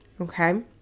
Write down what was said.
okay